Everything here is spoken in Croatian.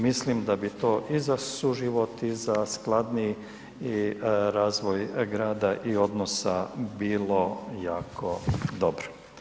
Mislim da bi to i za suživot i za skladniji i razvoj grada i odnosa bilo jako dobro.